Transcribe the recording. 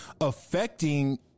affecting